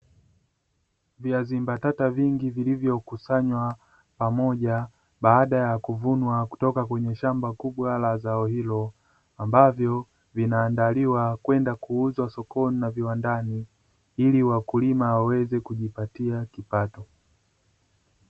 Viazi mbatata vingi vilivyokusanywa pamoja baada ya kuvunwa kutoka kwenye shamba kubwa la zao hilo, ambavyo vinaandaliwa na kwenda kuuzwa sokoni na viwandani, ili wakulima waweze kujipatia kipato.